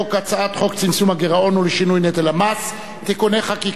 להצעת חוק צמצום הגירעון ולשינוי נטל המס (תיקוני חקיקה).